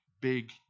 big